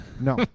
No